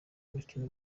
mukino